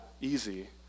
easy